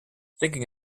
thinking